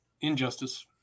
Injustice